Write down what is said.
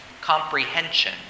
comprehension